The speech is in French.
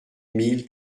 mille